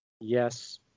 yes